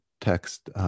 text